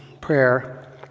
prayer